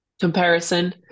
comparison